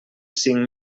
cinc